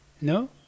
no